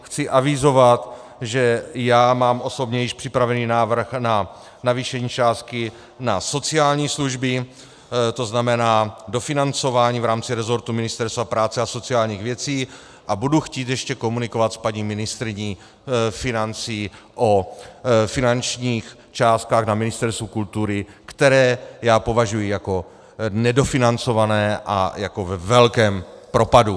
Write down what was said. Chci avizovat, že já osobně mám již připravený návrh na navýšení částky na sociální služby, to znamená dofinancování v rámci rezortu Ministerstva práce a sociálních věcí, a budu chtít ještě komunikovat s paní ministryní financí o finančních částkách na Ministerstvu kultury, které já považuji za nedofinancované a ve velkém propadu.